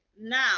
now